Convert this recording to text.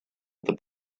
это